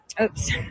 oops